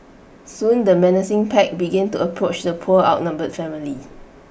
soon the menacing pack began to approach the poor outnumbered family